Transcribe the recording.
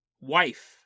Wife